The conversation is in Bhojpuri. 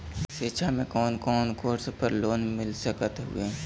शिक्षा मे कवन कवन कोर्स पर लोन मिल सकत हउवे?